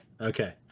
okay